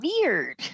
weird